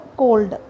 cold